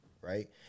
Right